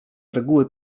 reguły